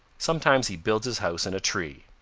sometimes he builds his house in a tree.